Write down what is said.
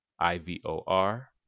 I-V-O-R